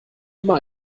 immer